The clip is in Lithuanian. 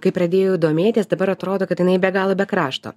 kai pradėjau domėtis dabar atrodo kad jinai be galo be krašto